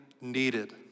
needed